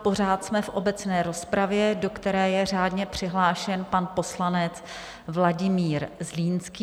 Pořád jsme v obecné rozpravě, do které je řádně přihlášen pan poslanec Vladimír Zlínský.